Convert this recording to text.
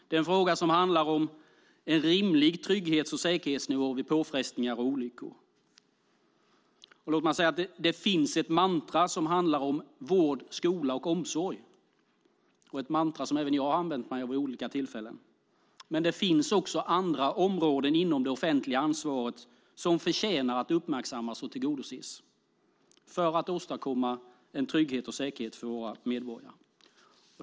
Det är en fråga som handlar om en rimlig trygghets och säkerhetsnivå vid påfrestningar och olyckor. Det finns ett mantra som handlar om vård, skola och omsorg, ett mantra som även jag har använt mig av vid olika tillfällen. Men det finns också andra områden inom det offentliga ansvaret som förtjänar att uppmärksammas och tillgodoses, för att åstadkomma trygghet och säkerhet för våra medborgare.